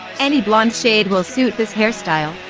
any blonde shade will suit this hairstyle,